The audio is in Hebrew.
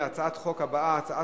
השר הצביע.